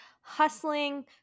hustling